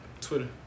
Twitter